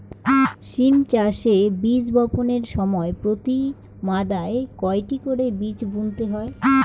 সিম চাষে বীজ বপনের সময় প্রতি মাদায় কয়টি করে বীজ বুনতে হয়?